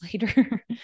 later